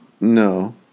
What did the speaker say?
No